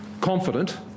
confident